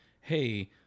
Hey